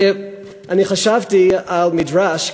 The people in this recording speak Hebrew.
חשבתי על מדרש.